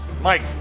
Mike